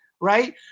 Right